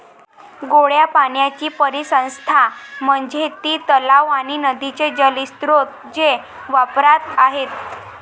गोड्या पाण्याची परिसंस्था म्हणजे ती तलाव आणि नदीचे जलस्रोत जे वापरात आहेत